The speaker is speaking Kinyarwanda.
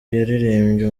yaririmbye